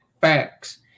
facts